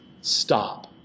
stop